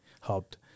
helped